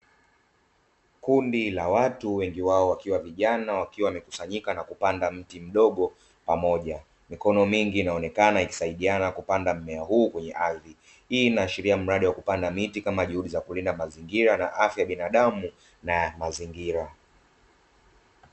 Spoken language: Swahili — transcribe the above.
Kundi la watu wengi wao wakiwa vijana wakiwa wamekusanyika na kupanda mti mdogo pamoja. Mikono mingi inaonekana ikisaidiana kupanda mmea huu kwenye ardhi. Hii inashiria mradi wa kupanda miti kama juhudi za kulinda mazingira na afya ya binadamu na ya mazingira.